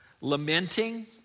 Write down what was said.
Lamenting